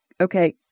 Okay